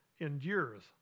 endures